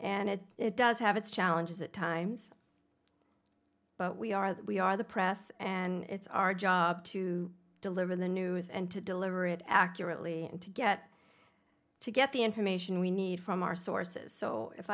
and it does have its challenges at times but we are we are the press and it's our job to deliver the news and to deliver it accurately and to get to get the information we need from our sources so if